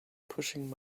pushing